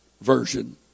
version